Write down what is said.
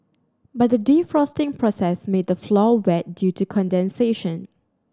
but the defrosting process made the floor wet due to condensation